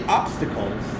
obstacles